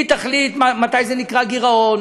היא תחליט מתי זה נקרא גירעון,